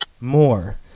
more